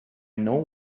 know